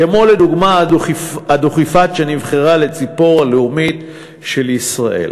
כמו לדוגמה הדוכיפת שנבחרה כציפור הלאומית של ישראל,